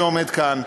שעומד כאן,